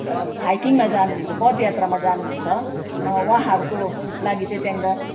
हाइकिङमा जानुहुन्छ पदयात्रामा जानुहुन्छ उहाँहरूको लागि चाहिँ त्यहाँनिर